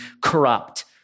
corrupt